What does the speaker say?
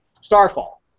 Starfall